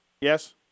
Yes